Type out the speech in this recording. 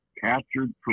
captured